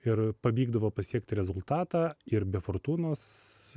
ir pavykdavo pasiekti rezultatą ir be fortūnos